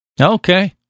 Okay